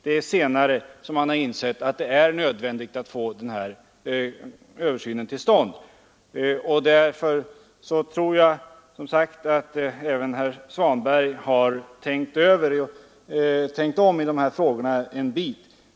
Det är senare som man har insett att det är nödvändigt att få den översynen till stånd, och därför tror jag som sagt att även herr Svanberg har tänkt om något i de här frågorna.